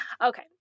Okay